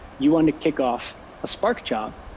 you want to kick off a spark job.